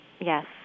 yes